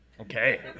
Okay